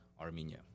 Armenia